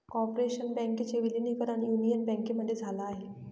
corporation बँकेचे विलीनीकरण union बँकेमध्ये झाल आहे